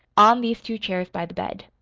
on these two chairs by the bed.